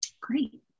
Great